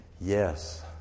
yes